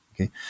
okay